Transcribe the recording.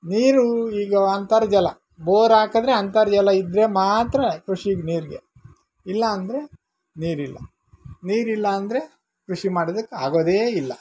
ನೀರು ಈಗ ಅಂತರ್ಜಲ ಬೋರಾಕದರೆ ಅಂತರ್ಜಲ ಇದ್ದರೆ ಮಾತ್ರ ಕೃಷಿಗೆ ನೀರಿಗೆ ಇಲ್ಲ ಅಂದರೆ ನೀರಿಲ್ಲ ನೀರಿಲ್ಲಾಂದರೆ ಕೃಷಿ ಮಾಡೋದಕ್ಕೆ ಆಗೋದೇ ಇಲ್ಲ